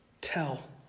Tell